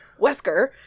Wesker